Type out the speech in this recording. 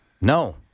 No